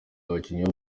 abakinnyi